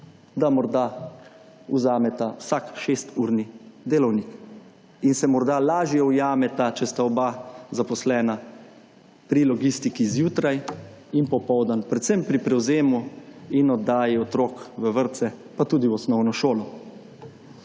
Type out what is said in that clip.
da morda vzameta vsak 6 urni delovnik in se morda lažje ujameta, če sta oba zaposlena, pri logistiki zjutraj in popoldan, predvsem pri prevzemu in oddaji otrok v vrtce, pa tudi v osnovno šolo.